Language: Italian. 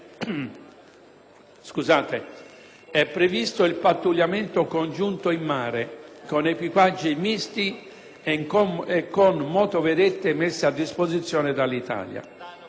2007, è previsto il pattugliamento congiunto in mare con equipaggi misti e con motovedette messe a disposizione dall'Italia.